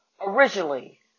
originally